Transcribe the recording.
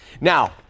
Now